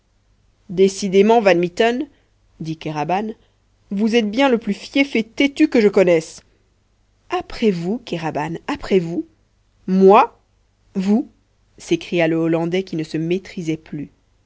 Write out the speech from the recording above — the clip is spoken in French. décidément van mitten dit kéraban vous êtes bien le plus fieffé têtu que je connaisse après vous kéraban après vous moi vous s'écria le hollandais qui ne se maîtrisait plus